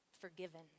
forgiven